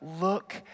look